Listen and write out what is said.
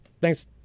Thanks